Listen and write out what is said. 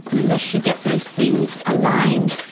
unless you get those things aligned,